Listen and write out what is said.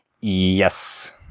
Yes